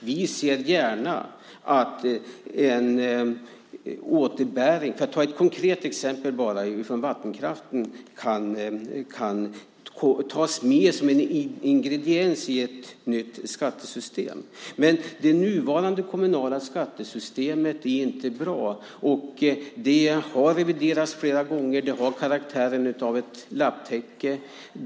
Vi ser gärna att en återbäring, för att ta ett konkret exempel från vattenkraften, kan tas med som en ingrediens i ett nytt skattesystem. Det nuvarande kommunala skattesystemet är inte bra. Det har reviderats flera gånger, och det har karaktären av ett lapptäcke.